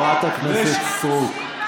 חברת הכנסת סטרוק.